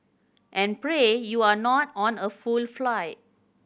and pray you're not on a full flight